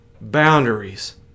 boundaries